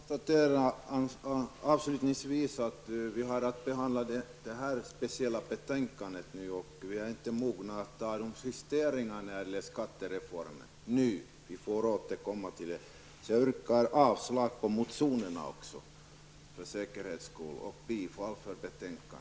Herr talman! Jag vill avslutningsvis konstatera att vi skall behandla detta speciella betänkande och att vi inte är mogna att besluta om justeringar när det gäller skattereformen nu. Vi får återkomma till det. Jag yrkar avslag på motionerna och bifall till utskottets hemställan.